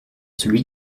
celui